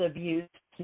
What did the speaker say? Abuse